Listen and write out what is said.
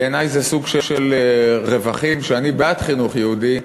בעיני זה סוג של רווחים, ואני בעד חינוך יהודי,